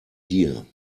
dir